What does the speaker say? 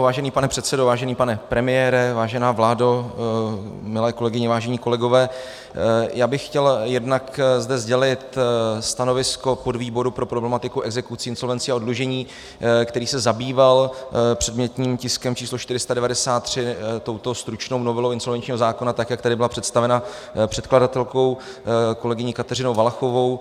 Vážený pane předsedo, vážený pane premiére, vážená vládo, milé kolegyně, vážení kolegové, já bych chtěl jednak zde sdělit stanovisko podvýboru pro problematiku exekucí, insolvencí a oddlužení, který se zabýval předmětným tiskem číslo 493, touto stručnou novelou insolvenčního zákona, tak jak tady byla představena předkladatelkou kolegyní Kateřinou Valachovou.